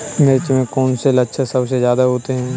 मिर्च में कौन से लक्षण सबसे ज्यादा होते हैं?